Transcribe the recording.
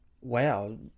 wow